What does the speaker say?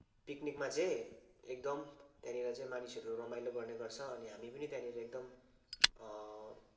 पिकनिकमा चाहिँ एकदम त्यहाँनिर चाहिँ मानिसहरू रमाइलो गर्ने गर्छ अनि हामी पनि त्यहाँनिर एकदम